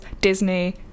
disney